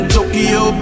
Tokyo